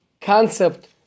concept